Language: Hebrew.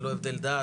ללא הבדל דת,